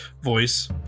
voice